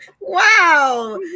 Wow